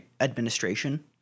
administration